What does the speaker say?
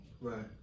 Right